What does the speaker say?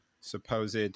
supposed